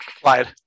Slide